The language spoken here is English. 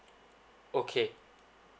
okay